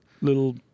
little